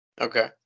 Okay